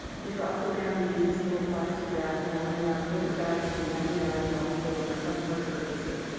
please also ban the use of single plastic bags and only allow paper bags to be handed out in all stores for customer's purchases.